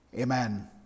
Amen